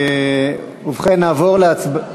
ובכן, נעבור להצבעה.